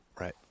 right